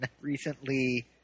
recently